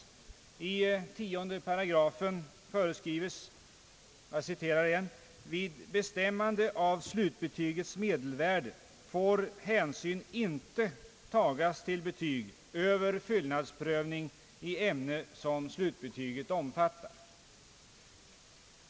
I 10 § föreskrives att »vid bestämmande av slutbetygets medelvärde hänsyn inte får tagas till betyg över fyllnadsprövning i ämne som slutbetyget omfattar».